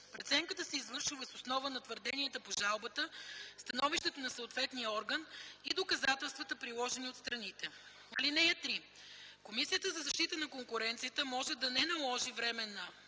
Преценката се извършва въз основа на твърденията по жалбата, становището на съответния орган и доказателствата, приложени от страните. (3) Комисията за защита на конкуренцията може да не наложи временната